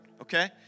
okay